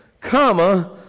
comma